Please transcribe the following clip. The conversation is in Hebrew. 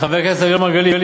חבר הכנסת אראל מרגלית,